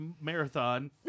marathon